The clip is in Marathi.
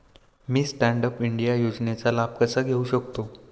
मी स्टँड अप इंडिया योजनेचा लाभ कसा घेऊ शकते